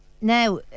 Now